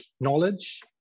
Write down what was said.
knowledge